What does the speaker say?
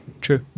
True